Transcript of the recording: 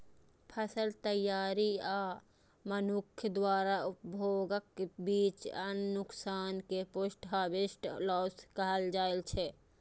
फसल तैयारी आ मनुक्ख द्वारा उपभोगक बीच अन्न नुकसान कें पोस्ट हार्वेस्ट लॉस कहल जाइ छै